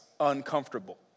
uncomfortable